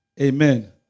Amen